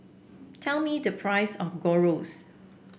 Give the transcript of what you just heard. tell me the price of Gyros